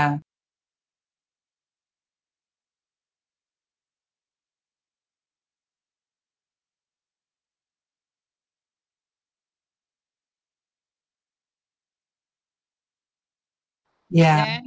ya